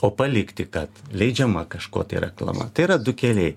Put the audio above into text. o palikti kad leidžiama kažko tai reklama tai yra du keliai